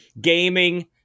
gaming